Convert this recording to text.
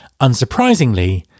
Unsurprisingly